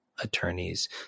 attorneys